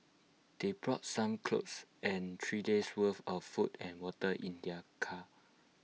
they brought some clothes and three days' worth of food and water in their car